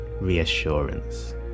reassurance